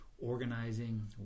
organizing